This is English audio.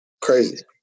crazy